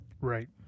Right